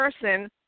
person